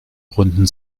runden